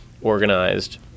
organized